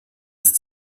ist